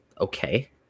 okay